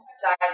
side